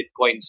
Bitcoins